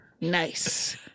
Nice